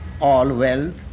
all-wealth